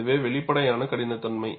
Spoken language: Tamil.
அதுவே வெளிப்படையான கடினத்தன்மை